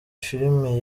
filime